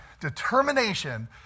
determination